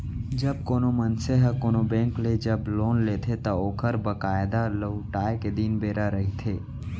जब कोनो मनसे ह कोनो बेंक ले जब लोन लेथे त ओखर बकायदा लहुटाय के दिन बेरा रहिथे